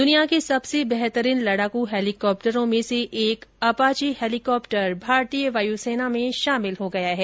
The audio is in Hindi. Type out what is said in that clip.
दुनिया के सबसे बेहतरीन लड़ाकू हेलीकॉप्टरों में से एक अपाचे हेलीकॉप्टर भारतीय वायुसेना में शामिल हो गया है